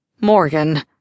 Morgan